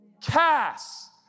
cast